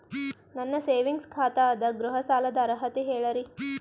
ನನ್ನ ಸೇವಿಂಗ್ಸ್ ಖಾತಾ ಅದ, ಗೃಹ ಸಾಲದ ಅರ್ಹತಿ ಹೇಳರಿ?